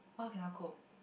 why cannot cope